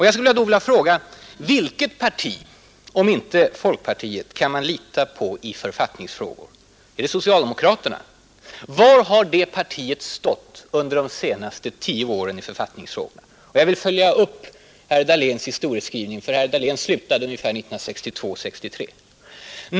Jag skulle då vilja fråga: Vilket parti, om inte folkpartiet, kan man lita på i författningsfrågor? Det socialdemokratiska partiet? Var har det partiet stått under de senaste tio åren i författningsfrågan? Och jag vill följa upp herr Dahléns historieskrivning från den punkt, där han slutade ungefär 1962—1963.